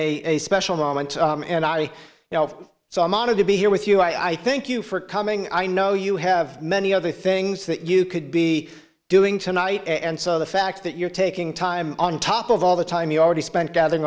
a special moment and i now so i'm honored to be here with you i think you for coming i know you have many other things that you could be doing tonight and so the fact that you're taking time on top of all the time you already spent gather